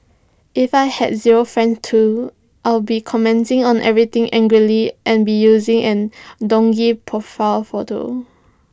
if I had zero friends too I'd be commenting on everything angrily and be using an dodgy profile photo